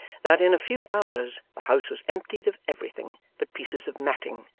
that, in a few hours, the house was emptied of everything, but pieces of matting,